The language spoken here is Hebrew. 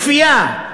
בכפייה,